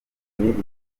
igihugu